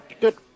good